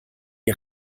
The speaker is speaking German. die